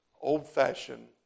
old-fashioned